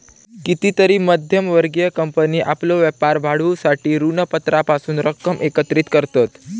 कितीतरी मध्यम वर्गीय कंपनी आपलो व्यापार वाढवूसाठी ऋणपत्रांपासून रक्कम एकत्रित करतत